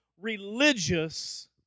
religious